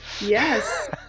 Yes